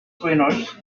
trainers